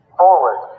forward